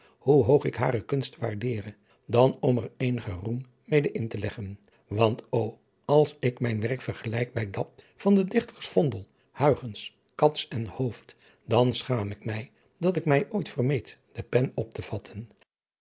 hoe hoog ik hare kunst waardere dan om er eenigen roem meê in te leggen want ô als ik mijn werk vergelijk bij dat van de dichters vondel huygens cats en hooft dan schaam ik mij dat ik mij ooit vermeet de pen op te vatten